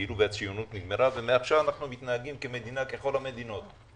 כאילו הציונות נגמרה ומעכשיו אנחנו מתנהגים כמדינה ככל המדינות.